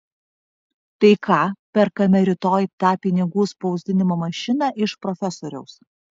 tai ką perkame rytoj tą pinigų spausdinimo mašiną iš profesoriaus